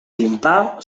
timpà